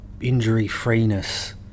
injury-freeness